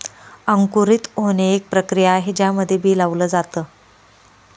अंकुरित होणे, एक प्रक्रिया आहे ज्यामध्ये बी लावल जाता